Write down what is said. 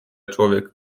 człowiek